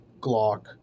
Glock